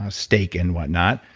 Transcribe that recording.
ah stake and whatnot.